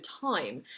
time